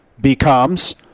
becomes